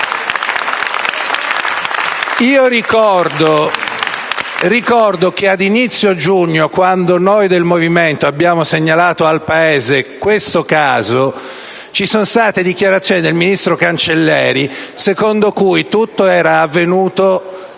Io ricordo che all'inizio di giugno, quando noi del Movimento abbiamo segnalato al paese questo caso, ci sono state dichiarazioni del ministro Cancellieri, secondo le quali tutto era avvenuto